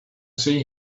see